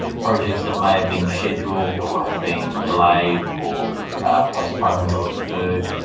projects that may have been scheduled, or have been delayed or postponed or deferred